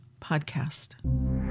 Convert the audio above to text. podcast